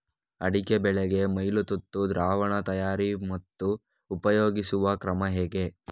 ಅಡಿಕೆ ಬೆಳೆಗೆ ಮೈಲುತುತ್ತು ದ್ರಾವಣ ತಯಾರಿ ಮತ್ತು ಉಪಯೋಗಿಸುವ ಕ್ರಮ ಹೇಗೆ?